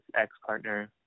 ex-partner